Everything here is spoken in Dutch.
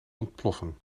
ontploffen